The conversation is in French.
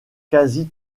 quasi